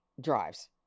drives